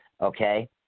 okay